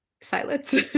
silence